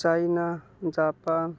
China Japan